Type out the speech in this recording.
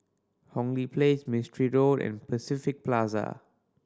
Hong Lee Place Mistri Road and Pacific Plaza